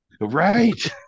Right